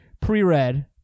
pre-read